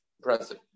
Impressive